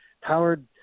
Howard